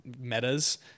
metas